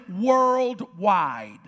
worldwide